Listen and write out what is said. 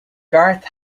garth